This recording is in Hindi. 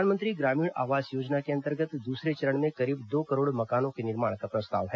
प्रधानमंत्री ग्रामीण आवास योजना के अंतर्गत दूसरे चरण में करीब दो करोड़ मकानों के निर्माण का प्रस्ताव है